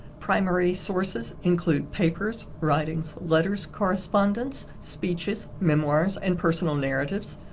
primary sources include papers, writings, letters, correspondence, speeches, memoirs and personal narratives,